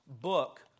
book